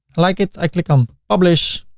like it. i click on publish